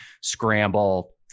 scramble